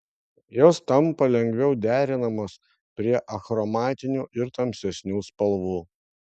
jos tampa lengviau derinamos prie achromatinių ir tamsesnių spalvų